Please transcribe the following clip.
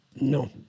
No